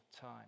time